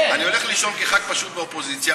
אני הולך לישון כח"כ פשוט באופוזיציה,